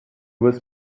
was